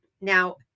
Now